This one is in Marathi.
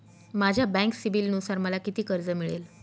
माझ्या बँक सिबिलनुसार मला किती कर्ज मिळेल?